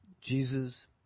Jesus